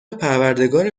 پروردگار